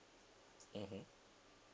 mmhmm